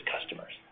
customers